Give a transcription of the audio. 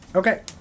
Okay